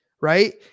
right